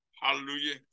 hallelujah